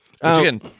again